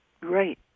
Right